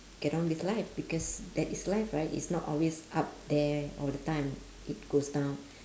get on with life because that is life right it's not always up there all the time it goes down